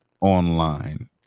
online